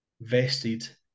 Vested